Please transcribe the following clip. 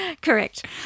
Correct